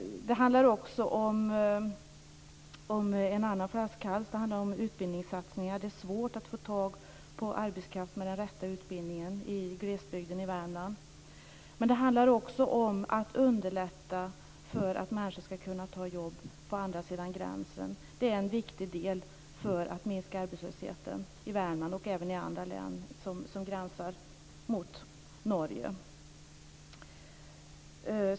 Det handlar också om en annan flaskhals. Det handlar om utbildningssatsningar. Det är svårt att få tag på arbetskraft med den rätta utbildningen i glesbygden i Värmland. Men det handlar också om att underlätta för människor att ta jobb på andra sida gränsen. Det är en viktig del för att minska arbetslösheten i Värmland och även i andra län som gränsar mot Norge.